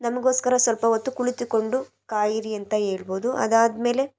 ನಮಗೋಸ್ಕರ ಸ್ವಲ್ಪ ಹೊತ್ತು ಕುಳಿತುಕೊಂಡು ಕಾಯಿರಿ ಅಂತ ಹೇಳ್ಬೋದು ಅದಾದಮೇಲೆ